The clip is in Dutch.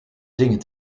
dingen